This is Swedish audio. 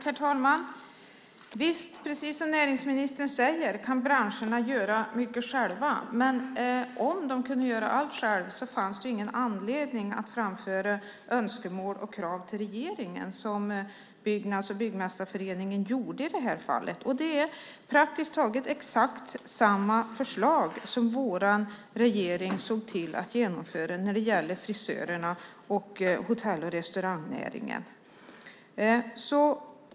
Herr talman! Precis som näringsministern säger kan branscherna göra mycket själva. Men om de kunde göra allt själva skulle det inte finnas någon anledning att framföra önskemål och krav till regeringen, som Byggnads och Byggmästarföreningen gjorde i det här fallet. Det är praktiskt taget exakt samma förslag som vår regering såg till att genomföra när det gäller frisörerna och hotell och restaurangnäringen.